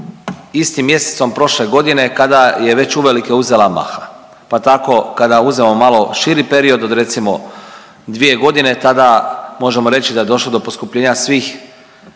istim mjesecom prošle godine kada je već uvelike uzela maha. Pa tako kada uzmemo malo širi period od recimo 2 godine, tada možemo reći da je došlo do poskupljenja svih